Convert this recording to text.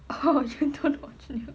oh you don't watch the news